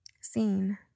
Seen